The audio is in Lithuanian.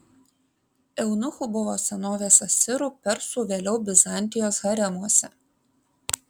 eunuchų buvo senovės asirų persų vėliau bizantijos haremuose